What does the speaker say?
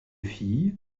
filles